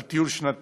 על טיול שנתי,